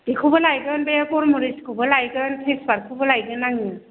बेखौबो लायगोन बे गलमरिसखौबो लायगोन टेजपातखौबो लायगोन आङो